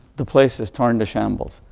the place is turned to shambles.